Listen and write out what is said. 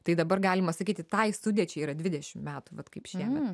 tai dabar galima sakyti tai sudėčiai yra dvidešim metų vat kaip šiemet